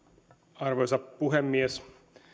arvoisa puhemies